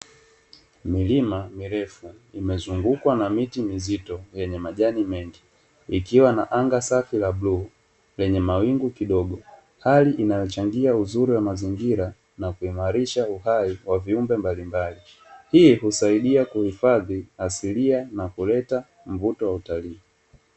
Milima mirefu imezungukwa na miti mizito yenye Majani mengi, ikiwa na anga safi la bluu lenye Mawingu kidogo hali inayochangia uzuri wa mazingira na kuimarisha uhai wa viumbe mbalimbali, Hii husaidia kuhifadhi asilia na kuleta mvuto wa utalii.